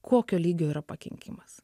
kokio lygio yra pakenkimas